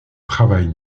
travaille